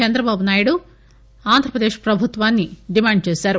చంద్రబాబునాయుడు ఆంధ్రప్రదేశ్ ప్రభుత్వాన్ని డిమాండ్ చేశారు